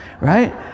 right